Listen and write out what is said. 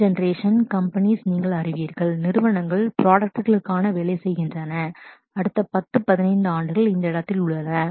புதிய generation generation companies நீங்கள் அறிவீர்கள் நிறுவனங்கள் ப்ரோடுக்ட் களுக்காக வேலை செய்கின்றன அடுத்த 10 10 15 ஆண்டுகள் இந்த இடத்தில் உள்ளன